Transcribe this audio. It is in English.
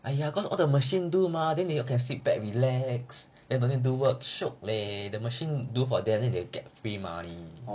!aiya! cause all the machine do mah then they you can sit back relax and then don't need work to do the machine do for them then they get free money